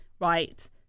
right